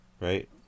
right